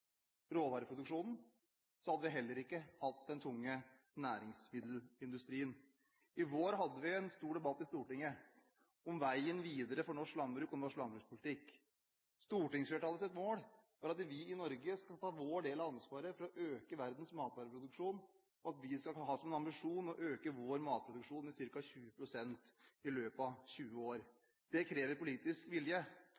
råvareproduksjonen, hadde vi heller ikke hatt den tunge næringsmiddelindustrien. I vår hadde vi en stor debatt i Stortinget om veien videre for norsk landbruk og norsk landbrukspolitikk. Stortingsflertallets mål var at vi i Norge skal ta vår del av ansvaret for å øke verdens matvareproduksjon, og at vi skal ha som ambisjon å øke vår matvareproduksjon med ca. 20 pst. i løpet av 20 år.